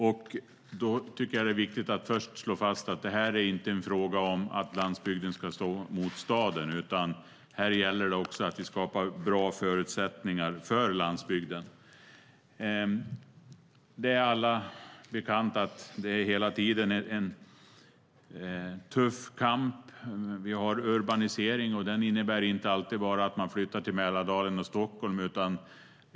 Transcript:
Jag tycker att det är viktigt att först slå fast att det inte är fråga om att landsbygden ska stå emot staden, utan här gäller det att skapa bra förutsättningar för landsbygden. Det är allom bekant att det hela tiden är en tuff kamp. Vi har urbaniseringen, och den innebär inte alltid att man bara flyttar till Mälardalen och Stockholm.